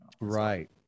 right